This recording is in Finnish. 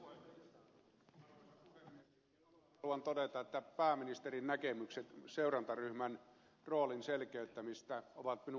aluksi haluan todeta että pääministerin näkemykset seurantaryhmän roolin selkeyttämisestä ovat minun mielestäni paikallaan